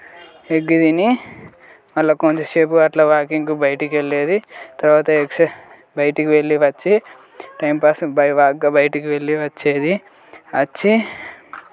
egg తిని మళ్ళా కొద్దిసేపు అట్ల వాకింగ్కి బయటికెళ్ళేది తర్వాత ఎక్సైజ్ బయటికి వెళ్ళి వచ్చి టైం పాస్గా బై వాక్గా బయటకి వెళ్ళి వచ్చేది వచ్చి